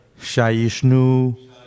shayishnu